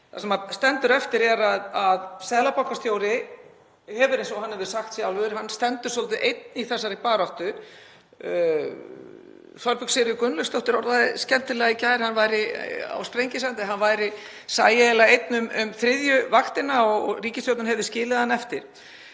Það sem stendur eftir er að seðlabankastjóri, eins og hann hefur sagt sjálfur, stendur svolítið einn í þessari baráttu. Þorbjörg Sigríður Gunnlaugsdóttir orðaði það skemmtilega í gær í viðtali á Sprengisandi, að hann sæi eiginlega einn um þriðju vaktina og ríkisstjórnin hefði skilið hann eftir.